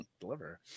deliver